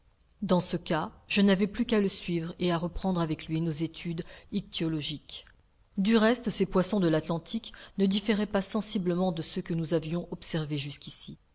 dans ce cas je n'avais plus qu'à le suivre et à reprendre avec lui nos études ichtyologiques du reste ces poissons de l'atlantique ne différaient pas sensiblement de ceux que nous avions observés jusqu'ici